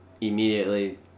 immediately